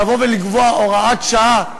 לקבוע הוראת שעה,